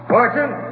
Fortune